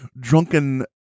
drunken